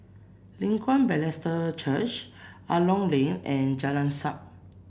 Leng Kwang Baptist Church Angklong Lane and Jalan Siap